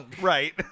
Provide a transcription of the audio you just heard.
Right